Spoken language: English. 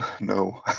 No